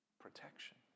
Protection